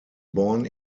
born